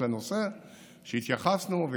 לנושא שהתייחסנו אליו,